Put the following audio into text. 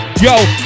Yo